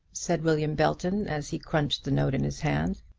said william belton, as he crunched the note in his hand.